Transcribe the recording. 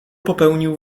popełnił